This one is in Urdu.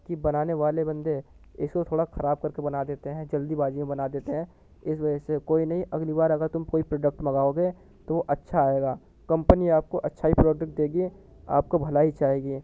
کہ بنانے والے بندے اس کو تھوڑا خراب کر کے بنا دیتے ہیں جلدی بازی میں بنا دیتے ہیں اس وجہ سے کوئی نہیں اگلی بار اگر تم کوئی پروڈکٹ منگاؤ گے تو اچھا آئے گا کمپنی آپ کو اچھا ہی پروڈکٹ دے گی آپ کا بھلا ہی چاہے گی